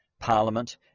Parliament